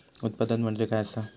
उत्पादन म्हणजे काय असा?